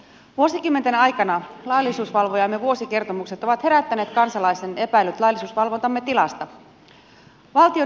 vuosikymmenten aikana laillisuusvalvojamme vuosikertomukset ovat herättäneet kansalaisten epäilyt laillisuusvalvontamme tilasta